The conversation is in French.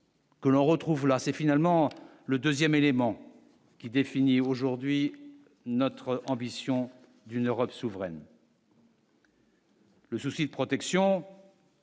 que l'on retrouve là, c'est finalement le 2ème élément qui défini aujourd'hui, notre ambition d'une Europe souveraine. Le souci de protection.